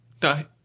Die